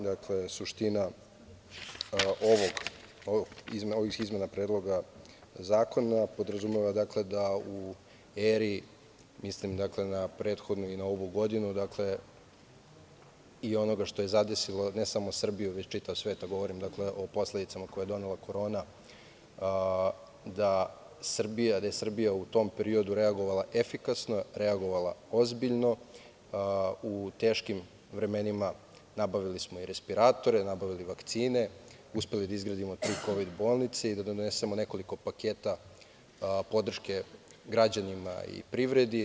Dakle, suština ovih izmena predloga zakona podrazumeva da u eri, mislim na prethodnu i ovu godinu, onoga što je zadesilo ne samo Srbiju, već i čitav svet, a govorim o posledicama koje je donela korona, da je Srbija u tom periodu reagovala efikasno, reagovala ozbiljno, u teškim vremenima nabavili smo respiratore, nabavili vakcine, uspeli da izgradimo tri kovid bolnice i da donesemo nekoliko paketa podrške građanima i privredi.